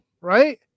right